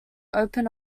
open